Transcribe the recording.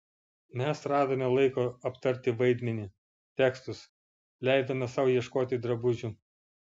mes radome laiko aptarti vaidmenį tekstus leidome sau ieškoti drabužių